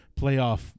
playoff